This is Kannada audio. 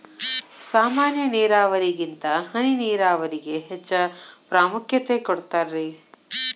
ಸಾಮಾನ್ಯ ನೇರಾವರಿಗಿಂತ ಹನಿ ನೇರಾವರಿಗೆ ಹೆಚ್ಚ ಪ್ರಾಮುಖ್ಯತೆ ಕೊಡ್ತಾರಿ